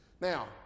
Now